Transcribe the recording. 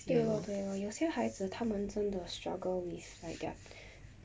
对 lor 对 lor 有些孩子他们真的 struggle with like their